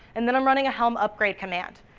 and then running a helm upgrade command.